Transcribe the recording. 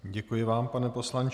Děkuji vám, pane poslanče.